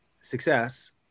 success